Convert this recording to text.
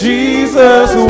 Jesus